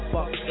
Fuck